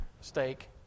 steak